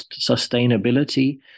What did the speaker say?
sustainability